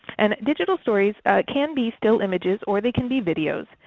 and digital stories can be still images or they can be videos.